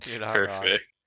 Perfect